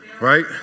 right